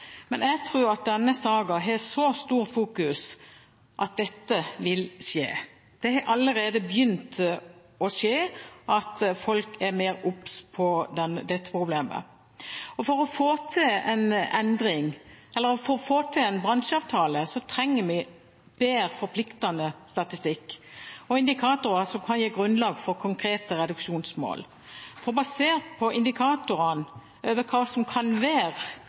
Men jeg tror at denne saken har så mye fokus at dette vil skje. Det har allerede begynt å skje at folk er mer obs på dette problemet. For å få til en bransjeavtale trenger vi bedre statistikk og indikatorer som kan gi grunnlag for konkrete reduksjonsmål. Basert på indikatorene på hva som kan være